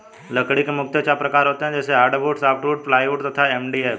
लकड़ी के मुख्यतः चार प्रकार होते हैं जैसे हार्डवुड, सॉफ्टवुड, प्लाईवुड तथा एम.डी.एफ